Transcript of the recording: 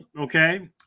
Okay